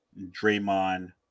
Draymond